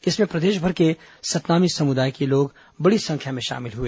इसमें प्रदेशभर के सतनामी समुदाय के लोग बड़ी संख्या में शामिल हुए